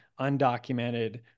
undocumented